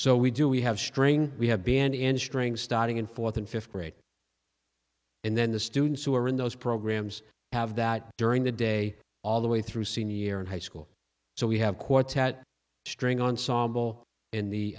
so we do we have string we have band in string starting in fourth and fifth grade and then the students who are in those programs have that during the day all the way through senior year in high school so we have quartet string ensemble